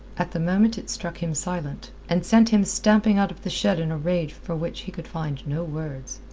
at the moment it struck him silent, and sent him stamping out of the shed in a rage for which he could find no words.